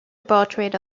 portrait